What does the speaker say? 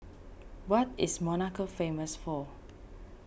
what is Monaco famous for